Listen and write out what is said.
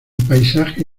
paisaje